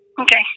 Okay